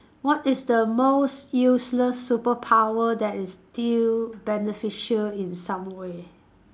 what is the most useless superpower that is still beneficial in some way